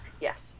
yes